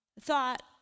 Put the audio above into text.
thought